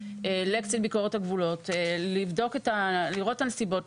לקצין ביקורת הגבולות לראות את הנסיבות,